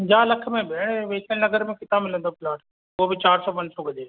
पंजाह लख में भेण वैशाली नगर में किथां मिलंदो प्लाट उहो बि चार सौ पंज सौ गज जी